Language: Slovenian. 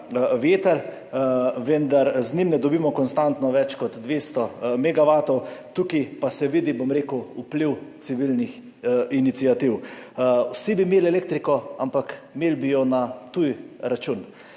veter, vendar z njim ne dobimo konstantno več kot 200 megavatov, tukaj pa se vidi, bom rekel, vpliv civilnih iniciativ. Vsi bi imeli elektriko, ampak imeli bi jo na tuji račun.